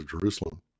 Jerusalem